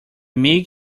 meek